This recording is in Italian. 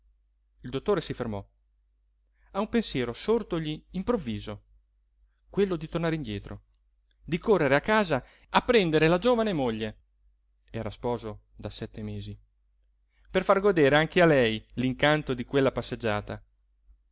il dottore si fermò a un pensiero sortogli improvviso quello di tornare indietro di correre a casa a prendere la giovane moglie era sposo da sette mesi per far godere anche a lei l'incanto di quella passeggiata